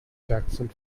jackson